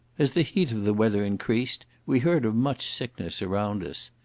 as the heat of the weather increased we heard of much sickness around us.